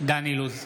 דן אילוז,